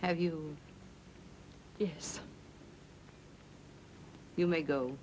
have you yes you may go